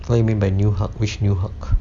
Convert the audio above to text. what do you mean by new hulk which new hulk